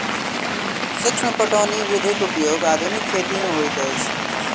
सूक्ष्म पटौनी विधिक उपयोग आधुनिक खेती मे होइत अछि